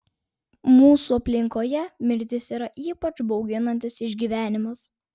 mūsų aplinkoje mirtis yra ypač bauginantis išgyvenimas